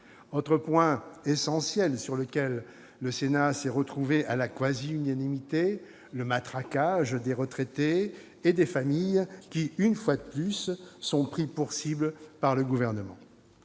Autre point essentiel, sur lequel le Sénat s'est retrouvé à la quasi-unanimité : le matraquage des retraités et des familles qui, une fois de plus, sont pris pour cibles par le Gouvernement.